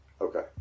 Okay